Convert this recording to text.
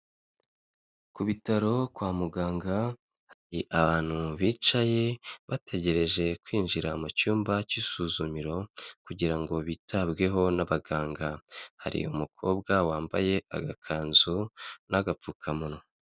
Ku bitaro kwa muganga hari abantu bicaye bategereje kwinjira mu cyumba cy'isuzumiro kugira ngo bitabweho n'abaganga, hari umukobwa wambaye agakanzu n'agapfukamunwa.